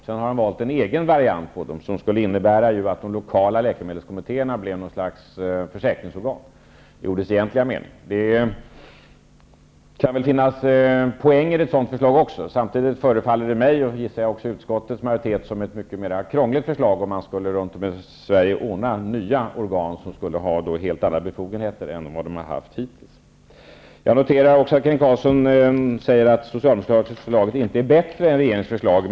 Sedan har han valt en egen variant som skulle innebära att de lokala läkemedelskommittéerna blev något slags försäkringsorgan i ordets egentliga mening. Det kan väl finnas poänger i ett sådant förslag. Samtidigt förefaller det mig, och också utskottets majoritet, gissar jag, som ett mera krångligt förslag, att man skulle ordna med nya organ runt om i Sverige, som skulle ha helt andra befogenheter än vad de har haft hittills. Jag noterar också att Kent Carlsson säger att det socialdemokratiska förslaget inte är bättre än regeringsförslaget.